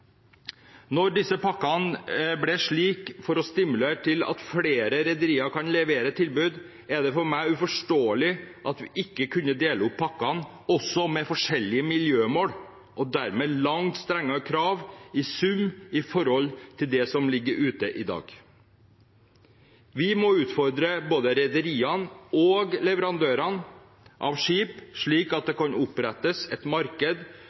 pakkene ble slik for å stimulere til at flere rederier kan levere tilbud, er det for meg uforståelig at vi ikke kunne dele opp pakkene også med forskjellige miljømål og dermed langt strengere krav i sum i forhold til det som ligger ute i dag. Vi må utfordre både rederiene og leverandørene av skip, slik at det kan opprettes et marked